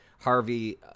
Harvey